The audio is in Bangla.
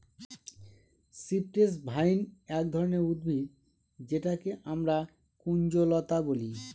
সিপ্রেস ভাইন এক ধরনের উদ্ভিদ যেটাকে আমরা কুঞ্জলতা বলি